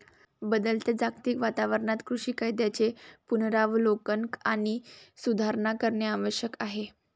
बदलत्या जागतिक वातावरणात कृषी कायद्यांचे पुनरावलोकन आणि सुधारणा करणे आवश्यक आहे